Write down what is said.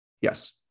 Yes